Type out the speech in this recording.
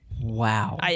Wow